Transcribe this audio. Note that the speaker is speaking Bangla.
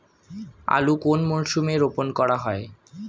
আলু কোন মরশুমে রোপণ করা হয়?